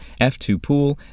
F2Pool